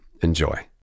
Enjoy